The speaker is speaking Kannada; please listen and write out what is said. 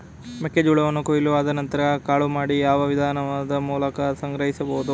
ಮೆಕ್ಕೆ ಜೋಳವನ್ನು ಕೊಯ್ಲು ಆದ ನಂತರ ಕಾಳು ಮಾಡಿ ಯಾವ ವಿಧಾನದ ಮೂಲಕ ಸಂಗ್ರಹಿಸಬಹುದು?